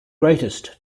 greatest